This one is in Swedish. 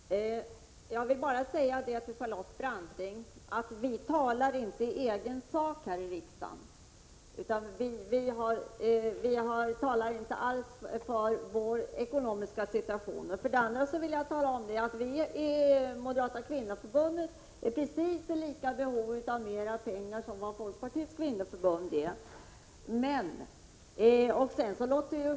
Herr talman! Jag vill för det första säga till Charlotte Branting att vi inte talar i egen sak häri riksdagen. Vi talar inte alls med utgångspunkt i vår egen ekonomiska situation. För det andra är vi i Moderata kvinnoförbundet i lika stort behov av mer pengar som Folkpartiets kvinnoförbund är.